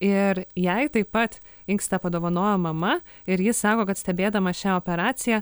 ir jai taip pat inkstą padovanojo mama ir ji sako kad stebėdama šią operaciją